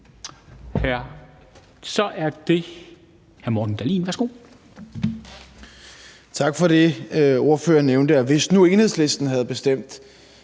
Så er det hr. Morten Dahlin. Værsgo.